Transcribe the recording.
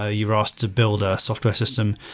ah you were asked to build a software system.